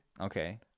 Okay